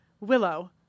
Willow